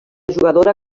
jugadora